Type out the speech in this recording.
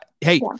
Hey